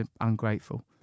ungrateful